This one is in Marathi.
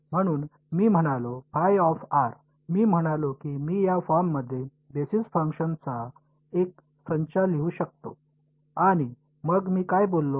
म्हणून मी म्हणालो मी म्हणालो की मी या फॉर्ममध्ये बेसिस फंक्शन्सचा एक संचा लिहू शकतो आणि मग मी काय बोललो